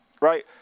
right